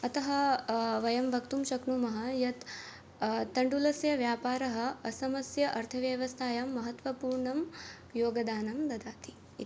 अतः वयं वक्तुं शक्नुमः यत् तण्डुलस्य व्यापारः असमस्य अर्थव्यवस्थायां महत्त्वपूर्णं योगदानं ददाति इति